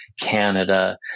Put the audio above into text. canada